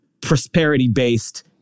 prosperity-based